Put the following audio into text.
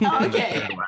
Okay